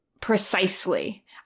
precisely